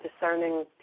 discerning